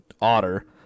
Otter